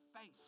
face